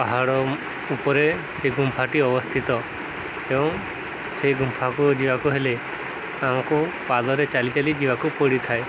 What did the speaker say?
ପାହାଡ଼ ଉପରେ ସେ ଗୁମ୍ଫାଟି ଅବସ୍ଥିତ ଏବଂ ସେଇ ଗୁମ୍ଫାକୁ ଯିବାକୁ ହେଲେ ଆମକୁ ପାଦରେ ଚାଲି ଚାଲି ଯିବାକୁ ପଡ଼ିଥାଏ